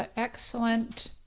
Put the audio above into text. ah excellent